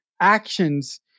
actions